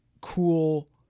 cool